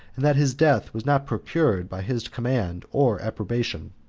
and that his death was not procured by his command or approbation.